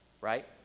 right